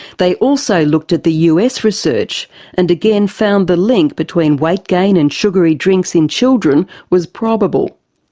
they also looked at the us research and again found the link between weight gain and sugary drinks in children was probable.